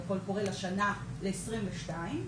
קול קורא לשנת 2022,